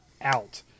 out